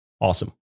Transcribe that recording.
Awesome